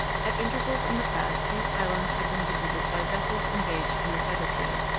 at intervals in the past these islands had been visited by vessels engaged in the feather trade,